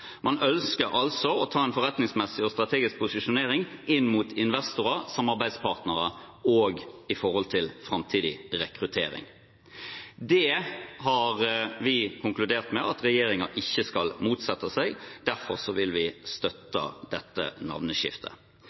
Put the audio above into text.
Man ønsker altså å posisjonere seg forretningsmessig og strategisk inn mot investorer og samarbeidspartnere – og med hensyn til framtidig rekruttering. Det har vi konkludert med at regjeringen ikke skal motsette seg, og derfor vil vi støtte dette navneskiftet.